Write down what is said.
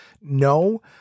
No